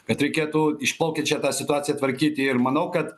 kad reikėtų išmokyt šitą situaciją tvarkyti ir manau kad